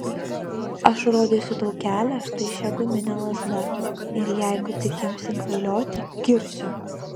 aš rodysiu tau kelią štai šia gumine lazda ir jeigu tik imsi kvailioti kirsiu